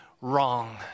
wrong